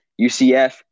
UCF